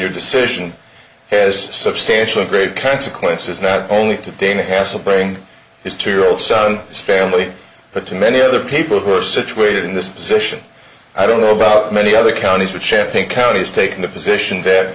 your decision has substantial grave consequences not only to dana has a bring his two year old son his family but to many other people who are situated in this position i don't know about many other counties or chipping counties taking the position that